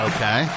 Okay